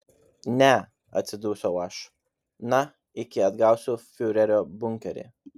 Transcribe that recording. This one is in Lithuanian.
ne atsidusau aš na iki atgausiu fiurerio bunkerį